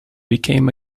became